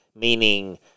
meaning